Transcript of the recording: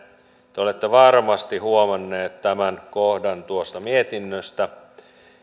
te olette varmasti huomannut tämän kohdan tuosta mietinnöstä